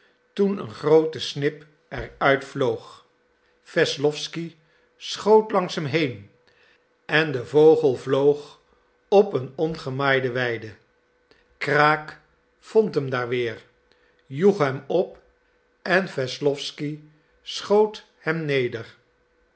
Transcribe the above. toen een groote snip er uit vloog wesslowsky schoot langs hem heen en de vogel vloog op een ongemaaide weide kraak vond hem daar weer joeg hem op en wesslowsky schoot hem neder